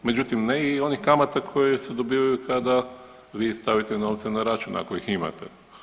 Međutim, ne i onih kamata koje se dobivaju kada vi stavite novce na račun ako ih imate.